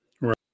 Right